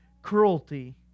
cruelty